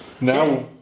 Now